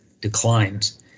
declines